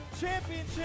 championship